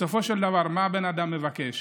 בסופו של דבר, מה בן אדם מבקש?